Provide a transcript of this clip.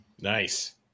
nice